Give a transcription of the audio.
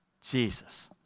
Jesus